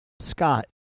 Scott